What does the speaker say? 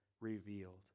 revealed